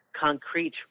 concrete